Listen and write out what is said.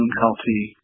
healthy